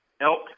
elk